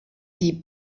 die